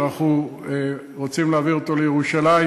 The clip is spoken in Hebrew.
ואנחנו רוצים להעביר אותו לירושלים.